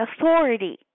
authority